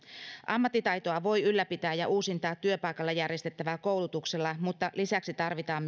ammattitaitoa voi ylläpitää ja uusintaa työpaikalla järjestettävällä koulutuksella mutta lisäksi tarvitaan